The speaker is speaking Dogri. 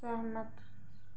सैह्मत